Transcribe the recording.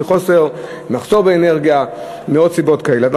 בשל מחסור באנרגיה ומעוד סיבות כאלה.